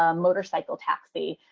um motorcycle, taxi,